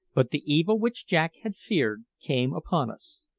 but the evil which jack had feared came upon us.